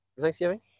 Thanksgiving